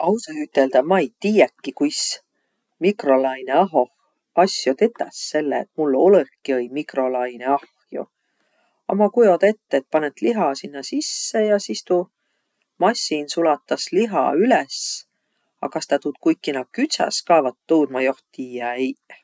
Ausahe üteldäq ma-i tiiäkiq, kuis mikrolainõahoh asjo tetäs, selle et mul olõki-õiq mikrolainõahjo. A ma kujoda ette, et panõt liha sinnäq sisse ja sis tuu massin sulatas liha üles. A kas tä tuud kuikina küdsäs ka, vat tuud ma joht tiiä eiq.